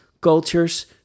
cultures